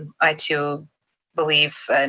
i too believe,